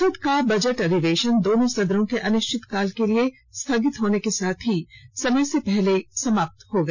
संसद का बजट अधिवेशन दोनों सदनों के अनिश्चितकाल के लिए स्थगित होने के साथ ही समय से पहले समाप्त हो गया